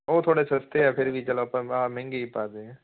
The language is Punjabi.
ਉਹ ਥੋੜੇ ਸਸਤੇ ਐ ਫੇਰ ਵੀ ਚਲ ਆਪਾਂ ਆਹ ਮਹਿੰਗੇ ਈ ਪਾ ਦੇ ਆਂ